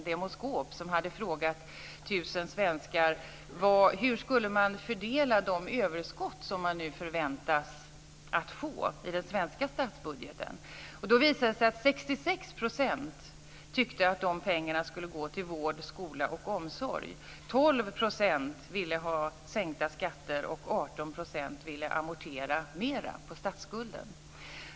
Demoskop hade frågat 1 000 svenskar hur man skulle fördela de överskott som man nu förväntas få i den svenska statsbudgeten. Då visar det sig att 66 % tyckte att de pengarna skulle gå till vård, skola och omsorg, 12 % ville ha sänkta skatter, och 18 % ville amortera mer på statsskulden.